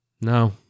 No